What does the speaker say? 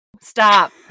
Stop